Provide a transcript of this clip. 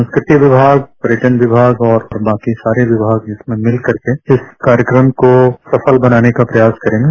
संस्कृति विभाग पर्यटन विभाग और बाकी सारे विभाग इसमें मिलकर के इस कार्यक्रम को सफल बनाने का प्रयास करेंगे